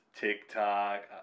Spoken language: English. tiktok